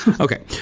Okay